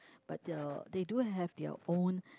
but the they do have their own